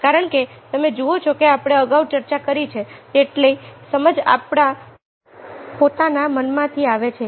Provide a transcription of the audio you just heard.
કારણ કે તમે જુઓ છો કે આપણે અગાઉ ચર્ચા કરી છે તેટલી સમજ આપણા પોતાના મનમાંથી આવે છે